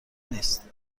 نیست